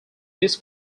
this